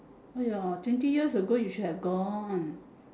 !aiya! twenty years ago you should have gone